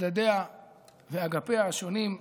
צדדיה ואגפיה השונים,